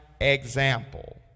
example